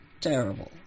terrible